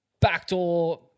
backdoor